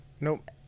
Nope